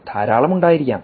ധാരാളം ഉണ്ടായിരിക്കാം